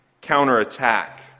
counterattack